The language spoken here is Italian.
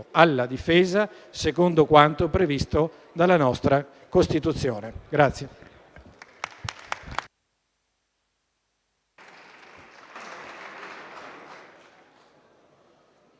alla difesa secondo quanto previsto dalla nostra Costituzione.